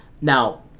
Now